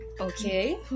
Okay